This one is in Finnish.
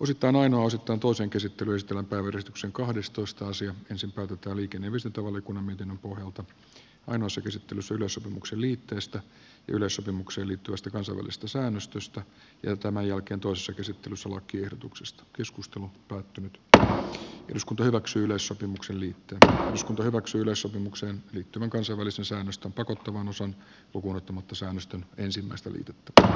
osittain vain osittain toisen käsittelystä ensin päätetään liikenne ja viestintävaliokunnan mietinnön pohjalta ainoassa käsittelyssä yleissopimuksen liitteestä ja yleissopimukseen liittyvästä kansainvälisestä säännöstöstä ja sitten toisessa käsittelyssä lakiehdotuksesta keskustelu päättynyt että eduskunta hyväksyy sopimuksen liittyvät rahansa turvaksi yleissopimukseen liittyvän kansallisen saamista vakuuttuvan usan lukuunottamatta saamista ensimmäistä tätä